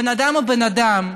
בן אדם הוא בן אדם.